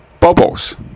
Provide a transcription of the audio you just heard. Bubbles